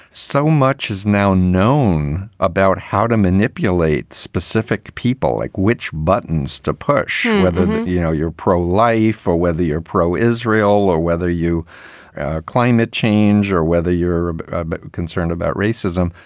so much is now known about how to manipulate specific people like which buttons to push, whether you know you're pro-life or whether you're pro israel or whether you climate change or whether you're ah but ah but concerned about racism.